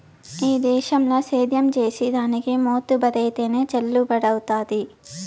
ఈ దేశంల సేద్యం చేసిదానికి మోతుబరైతేనె చెల్లుబతవ్వుతాది